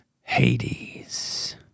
Hades